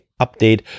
update